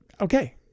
Okay